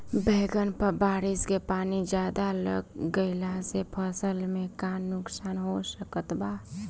बैंगन पर बारिश के पानी ज्यादा लग गईला से फसल में का नुकसान हो सकत बा?